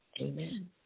Amen